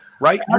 right